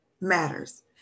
matters